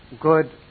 good